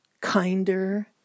kinder